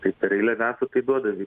tai per eilę vesų tai duoda